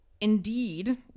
Indeed